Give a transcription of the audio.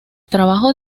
trabajos